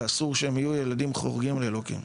ואסור שהם יהיו ילדים חורגים לאלוקים.